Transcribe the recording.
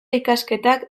ikasketak